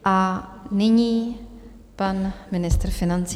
A nyní pan ministr financí.